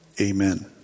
Amen